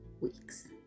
weeks